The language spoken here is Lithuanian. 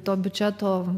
to biudžeto